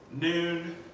noon